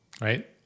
right